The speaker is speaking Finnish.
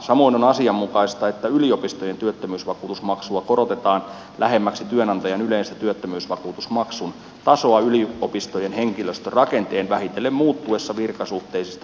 samoin on asianmukaista että yliopistojen työttömyysvakuutusmaksua korotetaan lähemmäksi työnantajan yleistä työttömyysvakuutusmaksun tasoa yliopistojen henkilöstörakenteen vähitellen muuttuessa virkasuhteisista työsopimussuhteisiksi